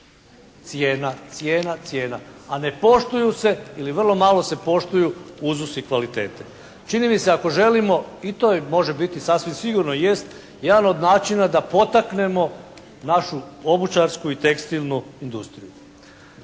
cijena, cijena, cijena, a ne poštuju se ili vrlo malo se poštuju uzusi i kvalitete. Čini mi se ako želimo, i to može biti sasvim sigurno jest, jedan od način da potaknemo našu obućarsku i tekstilnu industriju.